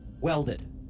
welded